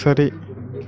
சரி